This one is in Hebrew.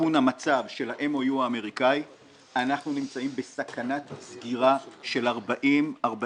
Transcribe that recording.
לתיקון המצב של ה- MoUהאמריקני אנחנו נמצאים בסכנת סגירה של 40%-45%